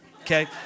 Okay